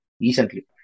Recently